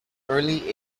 early